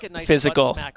physical